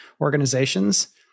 organizations